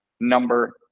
number